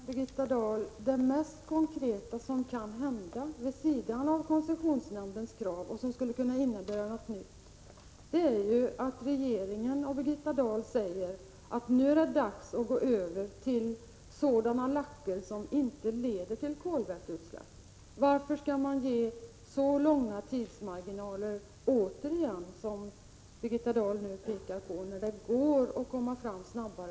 Herr talman! Det mest konkreta som kan hända utöver koncessionsnämndens krav och som skulle kunna innebära något nytt är ju att regeringen och Birgitta Dahl säger: Nu är det dags att gå över till sådana lacker som inte leder till kolväteutsläpp. Varför skall man återigen bevilja så långa tidsfrister som Birgitta Dahl nu pekar på när det går att komma fram snabbare?